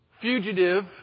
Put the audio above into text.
fugitive